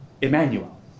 Emmanuel